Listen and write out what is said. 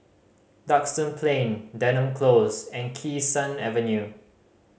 Duxton Plain Denham Close and Kee Sun Avenue